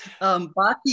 Baki